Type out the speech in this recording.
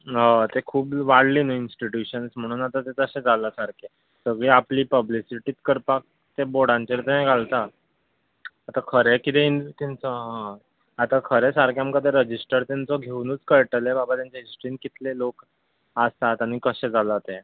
हय ते खूब वाडले न्हू इनस्टिट्यूशन्स म्हणून आतां तें तशें जालां सारकें सगळे आपली पबलिसीटीच करपाक ते बॉर्डाचेर थंय घालता आतां खरें कितें तेंचो हय आतां खरें सारकें आमकां ते रेजिस्टर तेंचो घेवनूच कळटलें बाबा तेच्या इनस्टिटियूटान कितले लोक आसात आनी कशें जालां तें